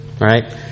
right